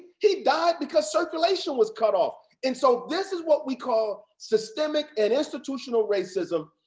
he died because circulation was cut off. and so this is what we call systemic and institutional racism.